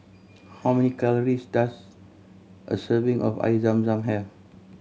how many calories does a serving of Air Zam Zam have